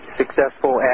successful